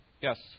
Yes